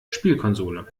spielkonsole